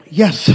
yes